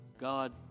God